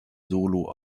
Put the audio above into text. solo